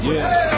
Yes